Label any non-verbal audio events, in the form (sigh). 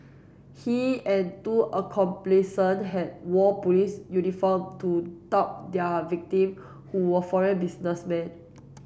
he and two (unintelligible) had wore police uniform to (unintelligible) their victim who were foreign businessmen